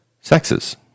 sexes